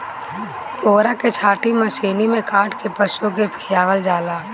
पुअरा के छाटी मशीनी में काट के पशु के खियावल जाला